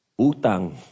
utang